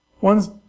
one's